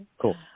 Cool